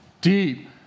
deep